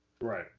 Right